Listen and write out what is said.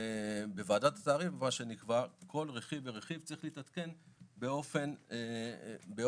ובוועדת התעריף מה שנקבע שכל רכיב ורכיב צריך להתעדכן באופן עצמאי,